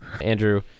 Andrew